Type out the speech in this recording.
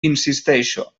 insisteixo